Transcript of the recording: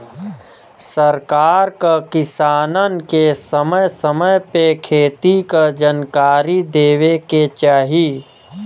सरकार क किसानन के समय समय पे खेती क जनकारी देवे के चाही